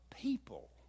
people